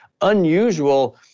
unusual